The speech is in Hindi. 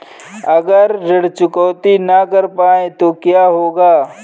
अगर ऋण चुकौती न कर पाए तो क्या होगा?